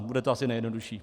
Bude to asi nejjednodušší.